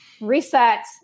reset